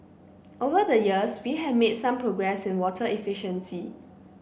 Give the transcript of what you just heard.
over the years we have made some progress in water efficiency